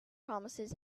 promises